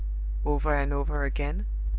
over and over again,